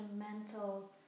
fundamental